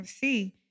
See